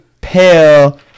pale